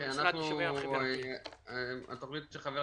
יש מגמת